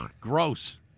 Gross